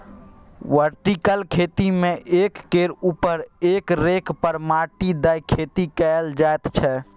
vertical खेती मे एक केर उपर एक रैक पर माटि दए खेती कएल जाइत छै